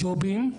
ג'ובים,